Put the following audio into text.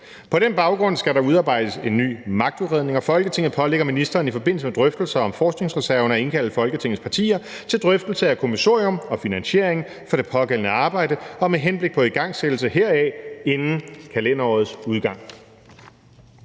På den baggrund skal der udarbejdes en ny magtudredning, og Folketinget pålægger ministeren i forbindelse med drøftelser om forskningsreserven at indkalde Folketingets partier til drøftelse af kommissorium og finansiering for det pågældende arbejde og med henblik på igangsættelse heraf inden kalenderårets udgang.«